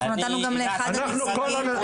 אנחנו נתנו גם לאחד הנציגים לדבר.